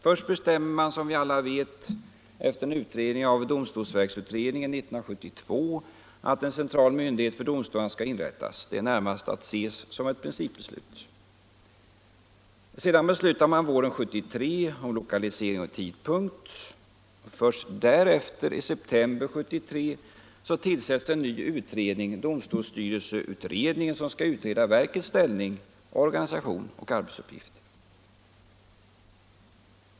Först bestämmer man, som vi alla vet, efter en utredning av domstolsverksutredningen, år 1972 att en central myndighet för domstolarna skall inrättas. Det skall närmast ses som ett principbeslut. Sedan beslutar man våren 1973 om lokalisering och tidpunkt. Därefter, i september 1973, tillsätts en ny utredning, domstolsstyrelseutredningen, som skall utreda verkets ställning, organisation och arbetsuppgifter.